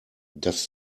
das